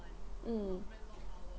mm